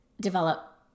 develop